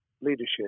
leadership